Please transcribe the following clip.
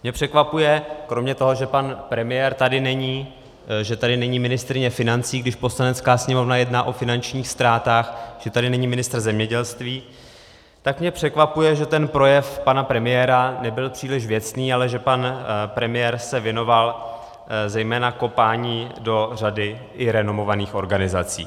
Mě překvapuje, kromě toho, že pan premiér tady není, že tady není ministryně financí, když Poslanecká sněmovna jedná o finančních ztrátách, že tady není ministr zemědělství, tak mě překvapuje, že ten projev pana premiéra nebyl příliš věcný, ale že pan premiér se věnoval zejména kopání do řady i renomovaných organizací.